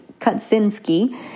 Kaczynski